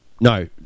No